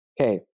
Okay